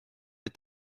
est